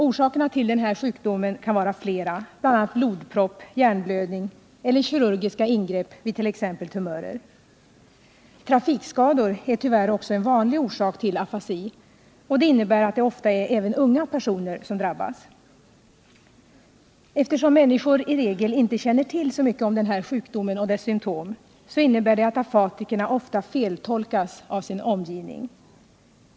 Orsakerna till denna sjukdom kan vara flera, bl.a. blodpropp, hjärnblödning eller kirurgiska ingrepp vid t.ex. tumörer. Trafikskador är tyvärr också en vanlig orsak till afasi, och det innebär att det ofta är även unga personer som drabbas. Eftersom människor i regel inte känner till så mycket om den här sjukdomen och dess symtom, innebär det att afatikerna ofta feltolkas av sin omgivning.